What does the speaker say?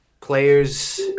players